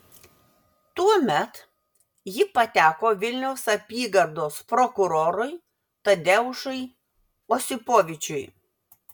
tuomet ji pateko vilniaus apygardos prokurorui tadeušui osipovičiui